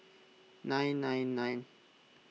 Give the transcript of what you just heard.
nine nine nine